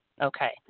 Okay